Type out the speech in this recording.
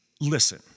listen